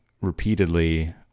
repeatedly